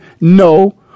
No